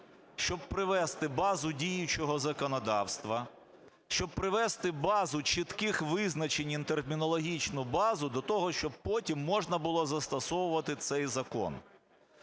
щоб привести базу діючого законодавства, щоб привести базу чітких визначень і термінологічну базу до того, щоб потім можна було застосовувати цей закон.